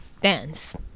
dance